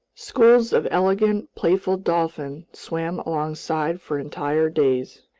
schools of elegant, playful dolphin swam alongside for entire days.